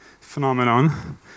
phenomenon